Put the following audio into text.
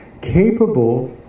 capable